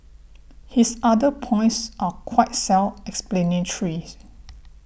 his other points are quite self explanatory